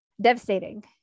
devastating